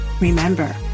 Remember